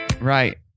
Right